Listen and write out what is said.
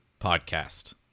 podcast